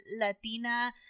latina